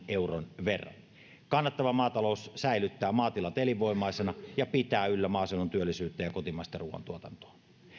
euron verran kannattava maatalous säilyttää maatilat elinvoimaisena ja pitää yllä maaseudun työllisyyttä ja ja kotimaista ruuantuotantoa